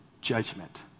judgment